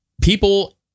People